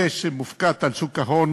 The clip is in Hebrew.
זה שמופקד על שוק ההון,